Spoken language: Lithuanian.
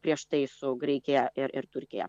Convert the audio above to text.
prieš tai su graikija ir turkija